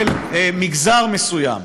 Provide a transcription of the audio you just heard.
של מגזר מסוים,